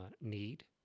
need